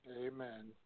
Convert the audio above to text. Amen